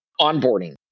onboarding